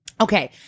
okay